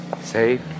Safe